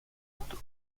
mondes